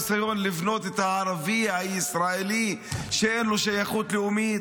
למרות כל הניסיון לבנות את הערבי הישראלי כמי שאין לו שייכות לאומית,